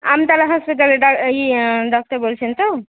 আমতলা হসপিটালে ডা ই ডাক্তার বলছেন তো